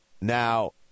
Now